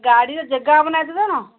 ଗାଡ଼ିରେ ଜାଗା ହେବ ନା ଏତେ ଜଣ